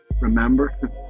remember